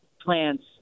plants